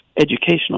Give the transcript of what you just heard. educational